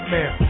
Man